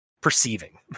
perceiving